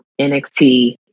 NXT